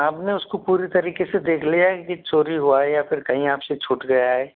आपने उसको पूरी तरीके से देख लिया की चोरी हुआ है या फिर कहीं आपसे छूट गया है